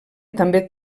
també